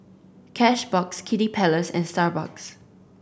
Cashbox Kiddy Palace and Starbucks